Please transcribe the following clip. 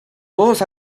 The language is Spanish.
todos